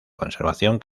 conservación